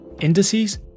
indices